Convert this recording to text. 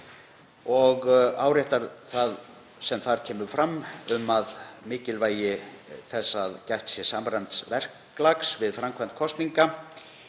og áréttar það sem þar kemur fram um mikilvægi þess að gætt sé samræmds verklags við framkvæmd kosninga,